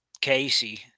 casey